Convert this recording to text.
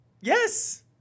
Yes